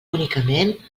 únicament